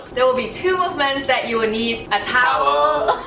there will be two movements that you will need a towel